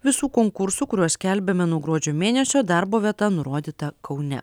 visų konkursų kuriuos skelbėme nuo gruodžio mėnesio darbo vieta nurodyta kaune